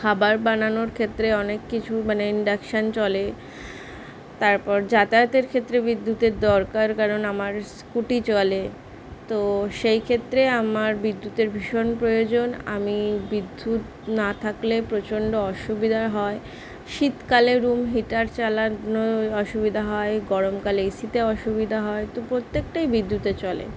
খাবার বানানোর ক্ষেত্রে অনেক কিছু মানে ইনডাকশান চলে তারপর যাতায়াতের ক্ষেত্রে বিদ্যুতের দরকার কারণ আমার স্কুটি চলে তো সেই ক্ষেত্রে আমার বিদ্যুতের ভীষণ প্রয়োজন আমি বিদ্যুৎ না থাকলে প্রচণ্ড অসুবিধা হয় শীতকালে রুম হিটার চালানোয় অসুবিধা হয় গরমকালে এসিতে অসুবিধা হয় তো প্রত্যেকটাই বিদ্যুতে চলে